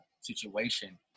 situation